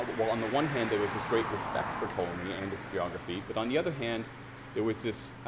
but while on the one hand there was this great respect for ptolemy and his geography, but on the other hand there was this